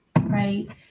right